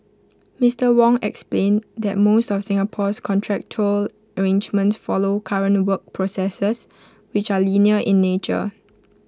Mister Wong explained that most of Singapore's contractual arrangements follow current work processes which are linear in nature